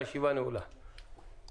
הישיבה ננעלה בשעה 12:20.